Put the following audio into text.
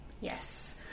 Yes